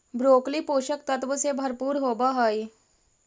broccoli पोषक तत्व से भरपूर होवऽ हइ